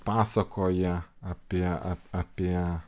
pasakoja apie apie